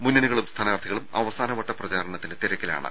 മുന്നണികളും സ്ഥാനാർത്ഥി കളും അവസാനവട്ട പ്രചാരണത്തിന്റെ തിരക്കിലാണ്